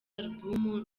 album